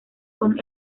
con